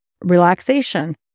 relaxation